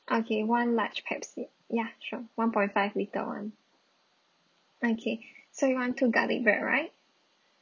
okay one large pepsi ya sure one point five litre [one] okay so you want two garlic bread right